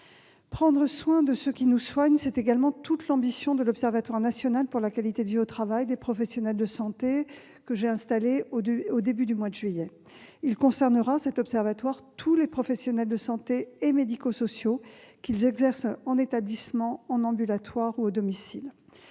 Prendre soin de ceux qui nous soignent », c'est également toute l'ambition de l'Observatoire national pour la qualité de vie au travail des professionnels de santé que j'ai installé au début du mois de juillet. Il concernera tous les professionnels de santé et médico-sociaux, qu'ils exercent en établissement, en ambulatoire ou à domicile.